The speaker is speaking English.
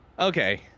okay